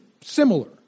similar